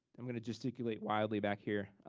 i'm gonna gesticulate wildly back here.